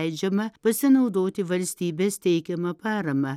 leidžiama pasinaudoti valstybės teikiama parama